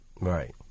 Right